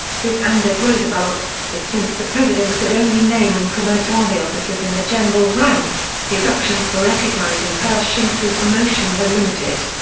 this angered roosevelt, but since the president could only name and promote army officers in the general ranks, his options for recognizing pershing through promotion were limited.